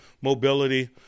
mobility